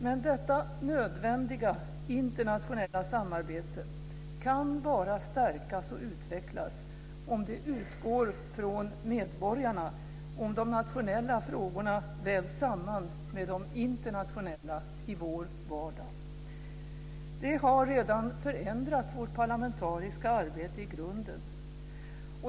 Men detta nödvändiga internationella samarbete kan bara stärkas och utvecklas om det utgår från medborgarna, om de nationella frågorna vävs samman med de internationella i vår vardag. Det har redan förändrat vårt parlamentariska arbete i grunden.